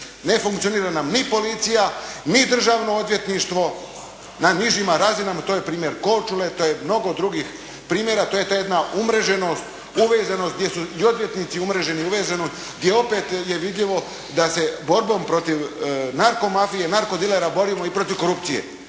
Ne funkcionira nam ni policija, ni državno odvjetništvo, na nižima razinama to je primjer Korčule, to je mnogo drugih primjera, to je mnogo drugih primjera, to je ta jedna umreženost, uvezenost gdje su i odvjetnici umreženi uvezenom, gdje opet je vidljivo da se borbom protiv narkomafije, narkodilera borimo i protiv korupcije.